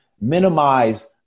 minimize